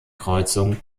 kreuzung